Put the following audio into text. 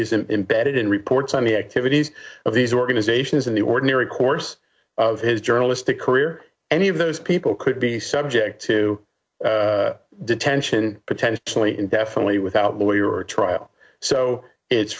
embedded in reports on the activities of these organizations in the ordinary course of his journalistic career any of those people could be subject to detention potentially indefinitely without a lawyer or trial so it's